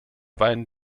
wein